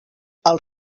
els